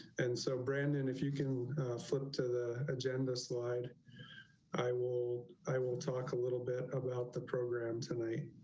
and so, brandon. if you can flip to the agenda slide i will, i will talk a little bit about the program tonight.